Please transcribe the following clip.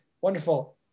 wonderful